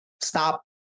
stop